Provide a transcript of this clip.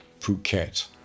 Phuket